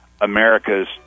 America's